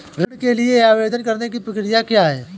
ऋण के लिए आवेदन करने की प्रक्रिया क्या है?